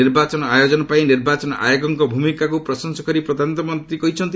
ନିର୍ବାଚନ ଆୟୋଜନ ପାଇଁ ନିର୍ବାଚନ ଆୟୋଗଙ୍କ ଭୂମିକାକୁ ପ୍ରଶଂସା କରି ପ୍ରଧାନମନ୍ତ୍ରୀ ଶୁଭେଛା ଜଣାଇଛନ୍ତି